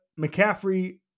McCaffrey